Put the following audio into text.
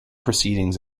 proceedings